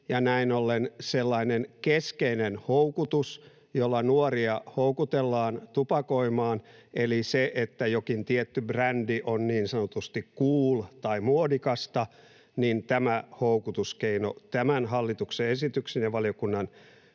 sellainen keskeinen houkutuskeino, jolla nuoria houkutellaan tupakoimaan, eli se, että jokin tietty brändi on niin sanotusti cool tai muodikasta, jää tämän hallituksen esityksen ja valiokunnan